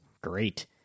Great